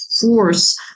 force